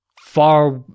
far